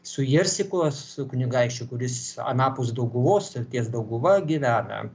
su jersikos kunigaikščiu kuris anapus dauguvos ir ties dauguva gyvena